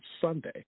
Sunday